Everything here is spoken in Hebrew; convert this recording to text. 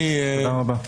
תודה רבה.